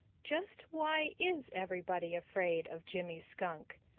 just why is everybody afraid of jimmy skunk,